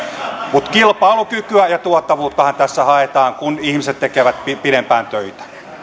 mutta kilpailukykyä ja tuottavuuttahan tässä haetaan kun ihmiset tekevät pidempään töitä